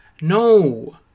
No